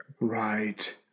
Right